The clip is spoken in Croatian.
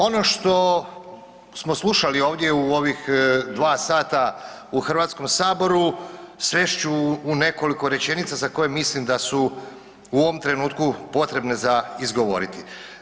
Ono što smo slušali ovdje u ovih dva sata u Hrvatskom saboru svest ću u nekoliko rečenica za koje mislim da su u ovom trenutku potrebne za izgovoriti.